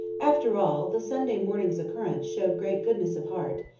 after all, the sunday morning's occurrence showed great goodness of heart,